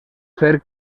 fer